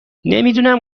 نمیدونم